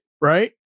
Right